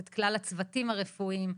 את כלל הצוותים הרפואיים,